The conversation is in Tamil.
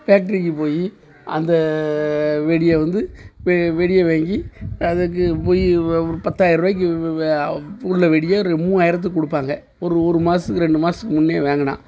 ஃபேக்ட்ரிக்கு போய் அந்த வெடியை வந்து வெ வெடியை வாங்கி அதுக்கு போய் ப பத்தாயர்ருவாய்க்கி உள்ள வெடியை ஒரு மூவாயிரத்துக்கு கொடுப்பாங்க ஒரு ஒரு மாதத்துக்கு ரெண்டு மாதத்துக்கு முன்னையே வாங்கினா